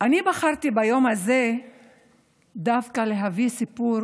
אני בחרתי ביום הזה דווקא להביא סיפור